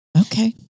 Okay